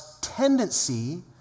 tendency